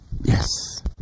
Yes